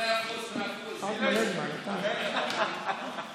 אז הינה טראמפ הלך והשאיר לנו משהו מהמורשת,